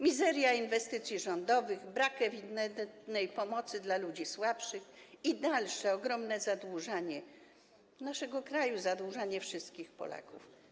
Mizeria inwestycji rządowych, brak ewidentnej pomocy dla ludzi starszych i dalsze ogromne zadłużanie naszego kraju, zadłużanie wszystkich Polaków.